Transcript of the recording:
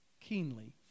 keenly